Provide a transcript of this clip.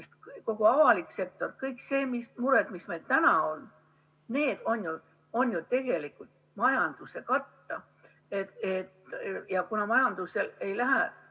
kogu avalik sektor, kõik need mured, mis meil täna on – need on ju tegelikult majanduse katta. Kuna majandusel ei lähe